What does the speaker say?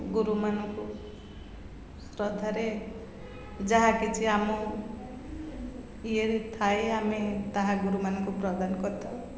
ଗୁରୁମାନଙ୍କୁ ଶ୍ରଦ୍ଧାରେ ଯାହା କିଛି ଆମ ଇଏରେ ଥାଏ ଆମେ ତାହା ଗୁରୁମାନଙ୍କୁ ପ୍ରଦାନ କରିଥାଉ